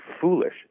foolish